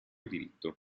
diritto